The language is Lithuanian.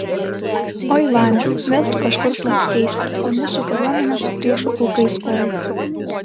oi vania vėl tu kažkur slapsteisi kol mūsų kariuomenė su priešų pulkais kovėsi